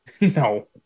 No